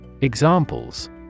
Examples